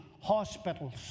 hospitals